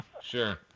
sure